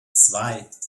zwei